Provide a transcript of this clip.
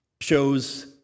shows